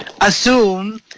assume